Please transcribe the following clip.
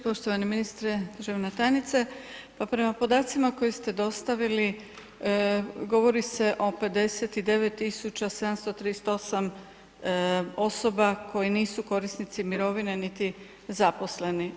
Poštovani ministre, državna tajnice, pa prema podacima koje ste dostavili govori se o 59.738 osoba koji nisu korisnici mirovine niti zaposleni.